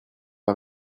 pas